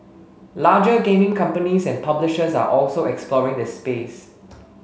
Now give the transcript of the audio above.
larger gaming companies and publishers are also exploring the space